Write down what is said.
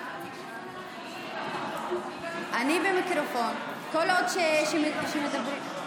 טרם תחילת הדיון בהצעת חוק שירות הקבע בצבא הגנה לישראל (גמלאות) (תיקון